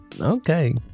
Okay